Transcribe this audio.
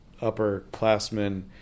upperclassmen